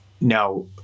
now